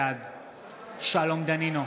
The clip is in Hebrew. בעד שלום דנינו,